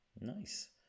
Nice